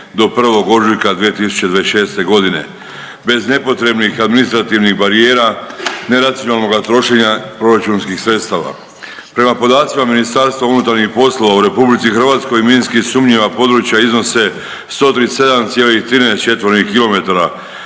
do 1. ožujka 2026. g. bez nepotrebnih administrativnih barijera, neracionalnog trošenja proračunskih sredstava. Prema podacima Ministarstvo unutarnjih poslova u RH minski sumnjiva područja iznos 137,13